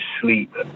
sleep